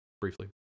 briefly